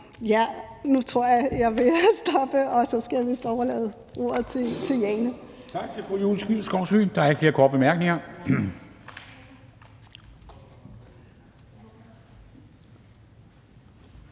Nu tror jeg, jeg vil stoppe, og så skal jeg vist overlade ordet til fru